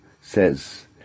says